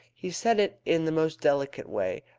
he said it in the most delicate way,